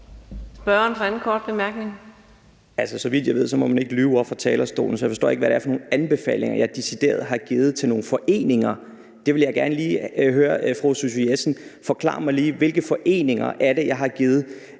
Så vidt jeg ved, må man ikke lyve oppe fra talerstolen. Så jeg forstår ikke, hvad det er for nogle anbefalinger, jeg decideret har givet til nogle foreninger. Det vil jeg gerne lige høre, fru Susie Jessen, forklar mig lige, hvilke foreninger det er, jeg har givet